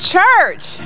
Church